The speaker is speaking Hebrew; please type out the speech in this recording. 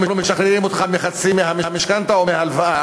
אנחנו משחררים אותך מחצי מהמשכנתה או מההלוואה,